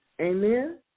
Amen